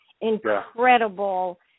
incredible